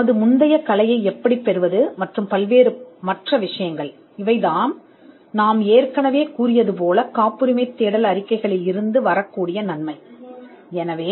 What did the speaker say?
எங்கள் முந்தைய கலை மற்றும் பல்வேறு விஷயங்களை எவ்வாறு பெறுவது காப்புரிமை தேடல் அறிக்கைகளிலிருந்து வெளிவரும் நன்மையாக இருக்கலாம் என்று நாங்கள் கண்டிருக்கிறோம்